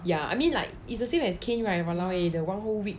ya I mean like it's the same as kain right !walao! eh the one whole week